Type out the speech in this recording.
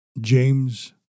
James